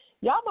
y'all